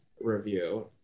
review